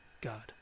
God